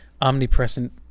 omnipresent